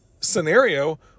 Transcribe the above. scenario